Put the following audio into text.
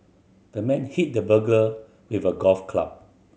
the man hit the burglar with a golf club